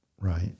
Right